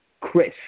Chris